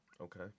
Okay